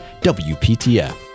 WPTF